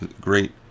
great